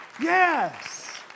yes